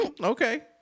Okay